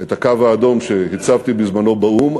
את הקו האדום שהצבתי בזמנו באו"ם,